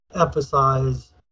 emphasize